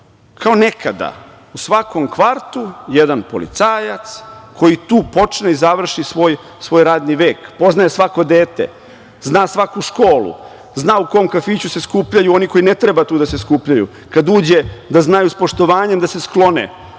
kao nekada, u svakom kvartu jedan policajac koji tu počne i završi svoj radni vek, poznaje svako dete, zna svaku školu, zna u kom kafiću se skupljaju oni koji ne treba tu da se skupljaju, kad uđe da znaju s poštovanjem da se sklone